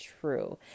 true